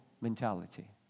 mentality